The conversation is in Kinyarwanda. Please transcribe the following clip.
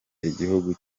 igihugu